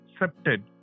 accepted